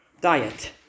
diet